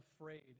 afraid